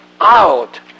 out